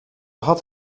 had